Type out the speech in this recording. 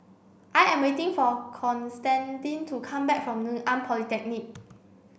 I am waiting for Constantine to come back from Ngee Ann Polytechnic